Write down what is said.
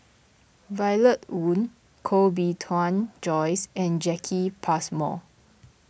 Violet Oon Koh Bee Tuan Joyce and Jacki Passmore